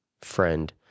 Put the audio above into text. friend